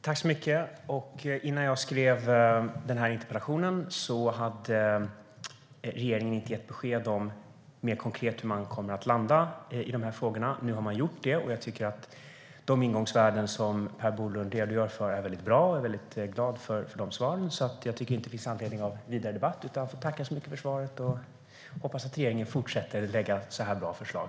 Herr talman! När jag skrev interpellation hade regeringen inte gett besked mer konkret om hur man kommer att landa i de här frågorna. Nu har man gjort det. Jag tycker att de ingångsvärden som Per Bolund redogör för är bra. Jag är glad för svaren och tycker inte att det finns anledning till vidare debatt, utan jag får tacka så mycket för svaret och hoppas att regeringen fortsätter att lägga fram så här bra förslag.